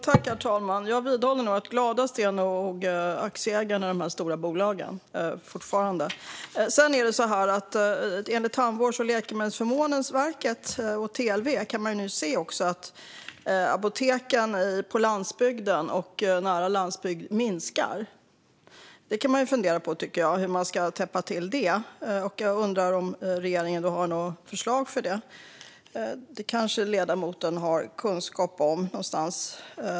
Herr talman! Jag vidhåller fortfarande att gladast är nog aktieägarna i de stora bolagen. Enligt Tandvårds och läkemedelsförmånsverket, TLV, kan man nu se att apoteken på landsbygden och nära landsbygden minskar. Man kan fundera på hur man ska täppa till det. Jag undrar om regeringen har något förslag för det. Det kanske ledamoten har kunskap om.